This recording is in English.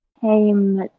came